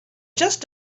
just